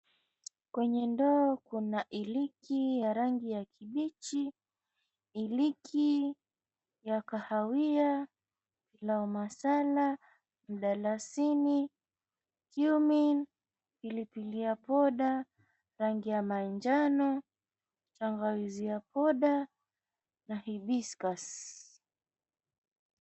Kwenye ndoo kuna iliki ya rangi ya kibichi, iliki ya kahawia, na masala, mdalasini, cumin , pilipili ya poda, rangi ya manjano, tangawizi ya poda, na hibiscus .